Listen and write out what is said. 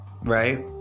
Right